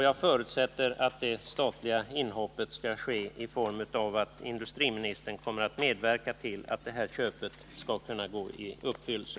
Jag förutsätter att det statliga inhoppet skall ske på så sätt att industriministern kommer att medverka till att det här köpet går i uppfyllelse.